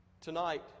Tonight